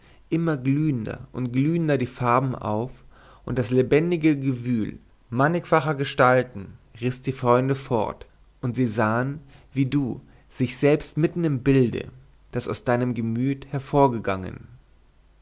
immer glühender und glühender die farben auf und das lebendige gewühl mannigfacher gestalten riß die freunde fort und sie sahen wie du sich selbst mitten im bilde das aus deinem gemüt hervorgegangen